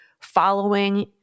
following